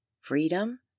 freedom